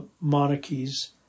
monarchies